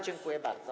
Dziękuję bardzo.